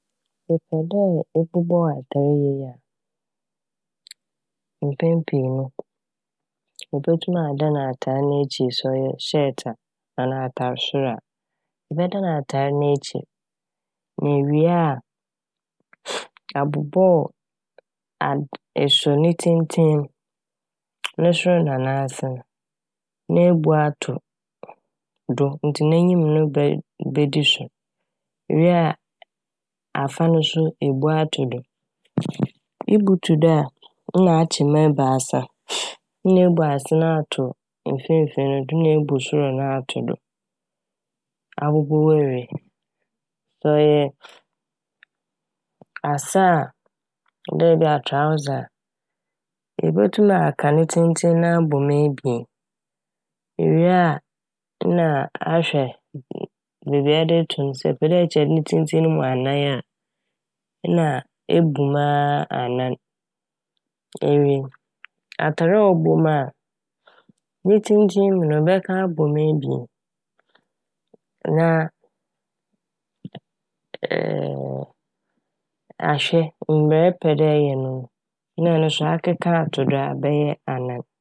Epɛ dɛ ebobɔw atar yie a mpɛn pii no, ibotum adan atar n'ekyir sɛ ɔyɛ hyɛɛt a anaa atar sor a, ɛbɛdan atar n'ekyir na ewie a abobɔɔw a, esuo ne tsentsen m' no sor na n'ase no na ebu ato do ntsi n'enyim no be-bedi sor. Iwie a afa no so ebu ato do, ibu to do a na akyɛ m' ebiasa Na ebu ase no ato mfinfin no do na ebu sor no ato do, abobɔw ewie. Sɛ ɔyɛ ase a dɛ ebi a "trouser" a ibotum aka ne tsentsen no abɔ mu ebien, iwie a nna ahwɛ beebi a ede to no, sɛ epɛ ekyɛ ne tsentsen no mu anan a nna ebu mu aaa anan ewie. Atar a ɔbɔ mu a ne tsentsen mu no ebɛka abɔ ho ebien na a ahwɛ mbrɛ epɛ dɛ ɛyɛ no no na ɔno so akeka ato do bɛyɛ anan.